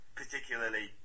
particularly